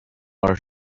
our